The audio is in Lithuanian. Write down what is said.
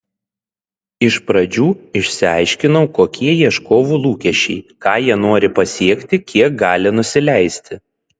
iš pradžių išsiaiškinau kokie ieškovų lūkesčiai ką jie nori pasiekti kiek gali nusileisti